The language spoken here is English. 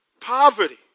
Poverty